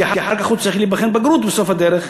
כי אחר כך הוא צריך להיבחן בחינת בגרות בסוף הדרך,